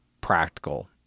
practical